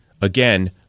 Again